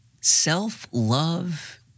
Self-love